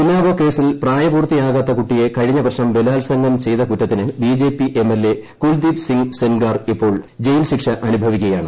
ഉന്നാവോ കേസിൽ പ്രായപൂർത്തിയാകാത്ത കുട്ടിയെ കഴിഞ്ഞവർഷം ബലാത്സംഗം ചെയ്ത് കുറ്റത്തിന് BJP M L A Kuldeep Singh Sengar ഇപ്പോൾ ജയിൽ ശിക്ഷ അനുഭവിയ്ക്കുകയാണ്